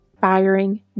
firing